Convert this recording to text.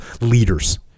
leaders